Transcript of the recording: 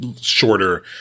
shorter